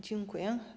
Dziękuję.